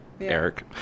Eric